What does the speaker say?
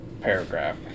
paragraph